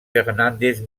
fernández